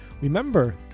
Remember